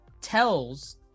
tells